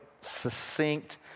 succinct